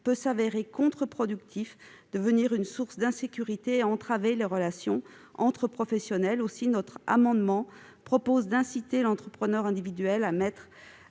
donc s'avérer contre-productif, devenir une source d'insécurité et entraver les relations entre professionnels. Cet amendement vise à inciter l'entrepreneur individuel à mettre